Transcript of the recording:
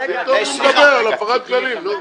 פתאום הוא מדבר על הפרת כללים, נו.